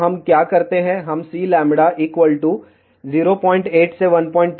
तो हम क्या करते हैं हम Cλ 08 से 12 लेते हैं